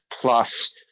plus